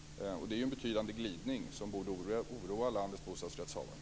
Det är ju en betydande glidning som borde oroa landets bostadsrättshavare.